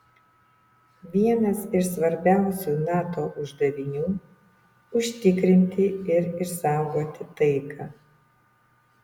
vienas iš svarbiausių nato uždavinių užtikrinti ir išsaugoti taiką